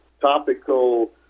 topical